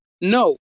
No